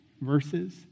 verses